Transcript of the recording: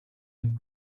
den